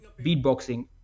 beatboxing